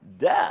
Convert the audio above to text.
death